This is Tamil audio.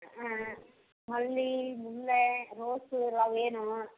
ஆ மல்லி முல்லை ரோஸு எல்லாம் வேணும்